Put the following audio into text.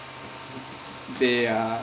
it's like they are